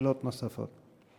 שאלות נוספות.